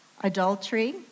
adultery